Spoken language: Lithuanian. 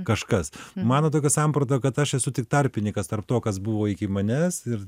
kažkas mano tokia samprata kad aš esu tik tarpininkas tarp to kas buvo iki manęs ir